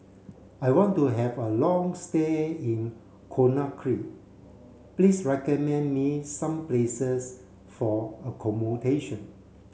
I want to have a long stay in Conakry please recommend me some places for accommodation